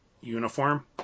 uniform